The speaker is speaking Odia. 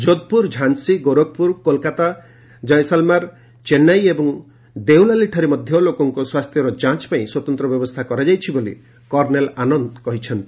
ଯୋଧପୁର ଝାନ୍ନୀ ଗୋରଖପୁର କୋଲକାତା କୟସାଲମେର ଚେନ୍ନାଇ ଏବଂ ଦେଓଲାଲିଠାରେ ମଧ୍ୟ ଲୋକଙ୍କ ସ୍ୱାସ୍ଥ୍ୟର ଯାଞ୍ଚ୍ ପାଇଁ ସ୍ୱତନ୍ତ ବ୍ୟବସ୍ଥା କରାଯାଇଛି ବୋଲି କର୍ଣ୍ଣେଲ ଆନନ୍ଦ କହିଛନ୍ତି